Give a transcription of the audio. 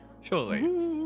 Surely